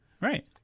Right